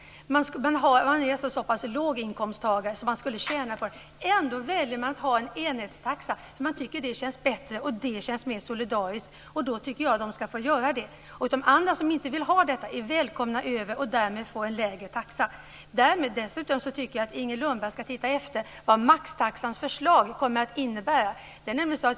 Trots att de inte har större inkomster än att de skulle tjäna på en sådan väljer de ändå att ha en enhetstaxa. De tycker att det känns bättre och mer solidariskt. Jag menar att de ska få ha den möjligheten. De som inte vill utnyttja den är välkomna att gå över till ett dagis med en lägre taxa. Jag tycker vidare att Inger Lundberg ska titta efter vad förslaget till maxtaxa skulle innebära.